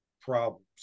problems